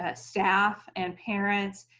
ah staff and parents.